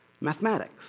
mathematics